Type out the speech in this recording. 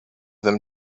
them